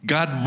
God